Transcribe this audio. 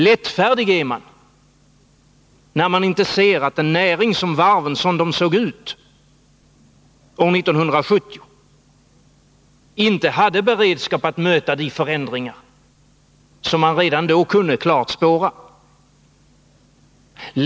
Lättfärdig är man när man inte ser att en näring som varven som de såg ut år 1970 inte hade beredskap att möta de förändringar som man redan då kunde klart spåra.